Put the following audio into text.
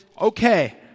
Okay